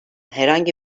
herhangi